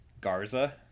Garza